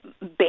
base